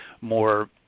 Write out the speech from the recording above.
more